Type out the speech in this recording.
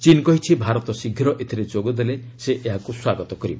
ଚୀନ କହିଛି ଭାରତ ଶୀଘ୍ର ଏଥିରେ ଯୋଗ ଦେଲେ ସେ ଏହାକୁ ସ୍ୱାଗତ କରିବ